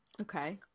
Okay